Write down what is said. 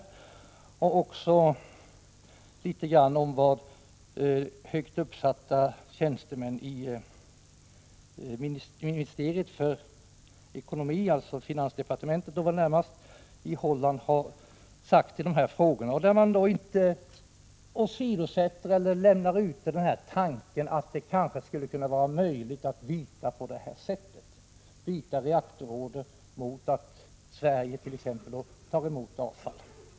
Man skriver också litet om vad högt uppsatta tjänstemän i ministeriet för ekonomi i Holland, närmast motsvarande finansdepartementet, har sagt. De utesluter inte tanken att det kanske skulle vara möjligt att byta på det här sättet — att ge en reaktororder mot att Sverige t.ex. tar emot avfall.